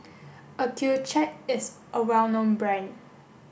Accucheck is a well known brand